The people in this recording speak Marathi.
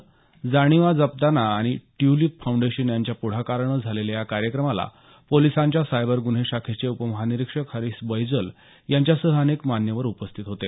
जाणिवा जपताना आणि ट्युलिप फाउंडेशन यांच्या पुढाकारानं झालेल्या या कार्यक्रमाला पोलिसांच्या सायबर गुन्हे शाखेचे उपमहानिरीक्षक हरीष बैजल यांच्यासह अनेक मान्यवर उपस्थित होते